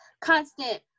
constant